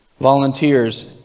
volunteers